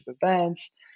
events